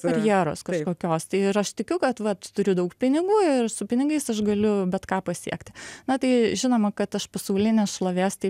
karjeros kažkokios tai ir aš tikiu kad vat turiu daug pinigų ir su pinigais aš galiu bet ką pasiekti na tai žinoma kad aš pasaulinės šlovės taip